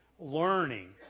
Learning